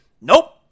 Nope